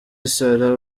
sarah